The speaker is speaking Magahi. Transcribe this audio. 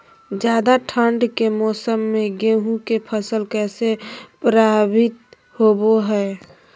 ज्यादा ठंड के मौसम में गेहूं के फसल कैसे प्रभावित होबो हय?